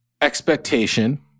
expectation